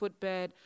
footbed